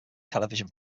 television